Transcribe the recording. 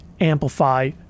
amplify